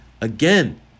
again